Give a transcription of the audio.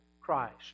Christ